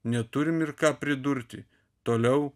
neturim ir ką pridurti toliau